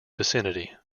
vicinity